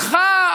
אותך,